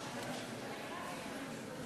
תוצאות ההצבעה: